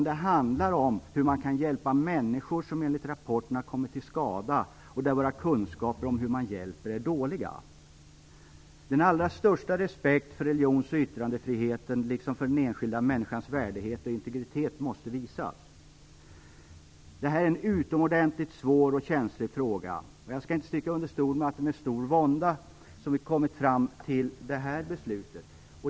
Det handlar om hur man kan hjälpa människor som enligt rapporterna har kommit till skada på områden där våra kunskaper om hur man hjälper är dåliga. Den allra största respekt för religions och yttrandefriheten liksom för den enskilda människans värdighet och integritet måste visas. Detta är en utomordentligt svår och känslig fråga. Jag skall inte sticka under stol med att det är med stor vånda som vi kommit fram till detta beslut.